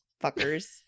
fuckers